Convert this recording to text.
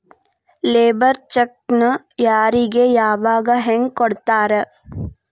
Labour ಚೆಕ್ಕ್ನ್ ಯಾರಿಗೆ ಯಾವಗ ಹೆಂಗ್ ಕೊಡ್ತಾರ?